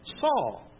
Saul